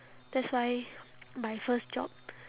that's why my first job